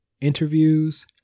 interviews